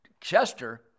Chester